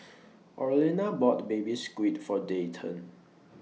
Orlena bought Baby Squid For Dayton